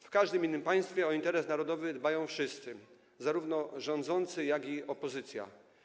W każdym innym państwie o interes narodowy dbają wszyscy, zarówno rządzący, jak i opozycja.